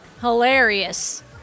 Hilarious